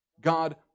God